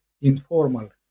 informal